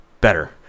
better